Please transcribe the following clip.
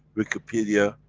wikipedia,